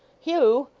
hugh!